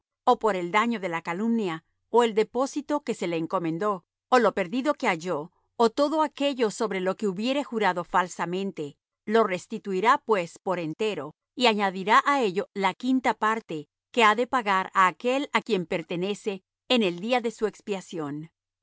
ó por el daño de la calumnia ó el depósito que se le encomendó ó lo perdido que halló o todo aquello sobre que hubiere jurado falsamente lo restituirá pues por entero y añadirá á ello la quinta parte que ha de pagar á aquel á quien pertenece en el día de su expiación